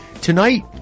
Tonight